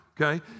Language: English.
okay